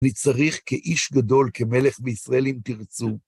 אני צריך כאיש גדול, כמלך בישראל, אם תרצו.